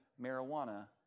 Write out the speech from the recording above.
marijuana